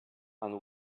and